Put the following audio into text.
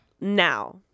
Now